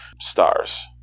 stars